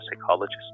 psychologist